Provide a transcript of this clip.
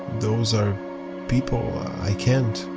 those are people. i can't.